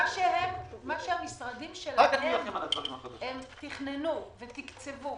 מה שהמשרדים שלהם תכננו ותקצבו,